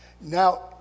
Now